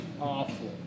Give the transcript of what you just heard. Awful